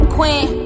Queen